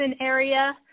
area